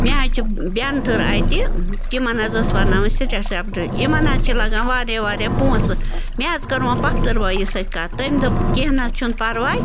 مےٚ حظ چھِ بٮ۪نتھٕر اَتہِ تِمَن حظ ٲس بناوٕنۍ سِٹیٹ یِمَن حظ چھِ لَگان واریاہ واریاہ پونٛسہٕ مےٚ حظ کٔر وۄنۍ پۄپھتٕر بٲیِس سۭتۍ کَتھ تٔمۍ دوٚپ کیٚنہہ نہٕ حظ چھُنہٕ پرواے